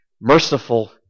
merciful